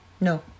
No